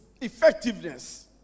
effectiveness